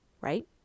right